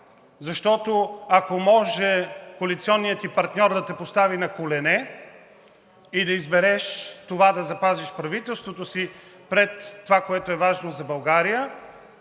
защото, ако може коалиционният ти партньор да те постави на колене и да избереш това да запазиш правителството си пред това, което е важно за България,